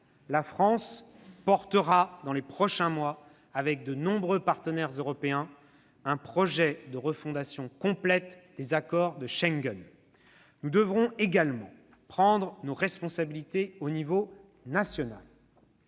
la France portera dans les prochains mois, avec de nombreux partenaires européens, un projet de refondation complète de Schengen. « Nous devrons également prendre nos responsabilités au niveau national.